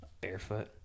barefoot